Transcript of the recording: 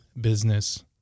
business